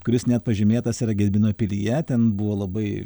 kuris net pažymėtas yra gedimino pilyje ten buvo labai